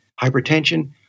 hypertension